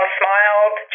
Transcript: smiled